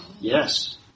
Yes